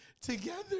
together